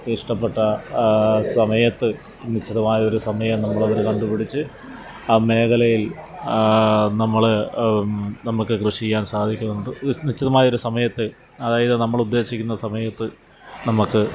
ഇഷ്ടപ്പെട്ട സമയത്ത് നിശ്ചിതമായ ഒരു സമയം നമ്മൾ അതിന് കണ്ടുപിടിച്ചു ആ മേഖലയിൽ നമ്മൾ നമ്മൾക്ക് കൃഷി ചെയ്യാൻ സാധിക്കുന്നുണ്ട് നിശ്ചിതമായ ഒരു സമയത്ത് അതായത് നമ്മൾ ഉദ്ദേശിക്കുന്ന സമയത്ത് നമ്മൾക്ക്